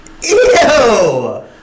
Ew